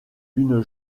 une